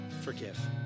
forgive